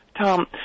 Tom